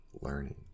learning